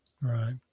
Right